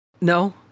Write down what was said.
no